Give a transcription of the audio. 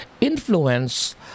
influence